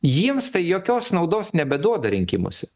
jiems tai jokios naudos nebeduoda rinkimuose